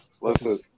Listen